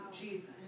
Jesus